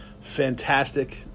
fantastic